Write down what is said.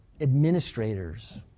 administrators